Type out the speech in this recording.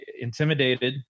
intimidated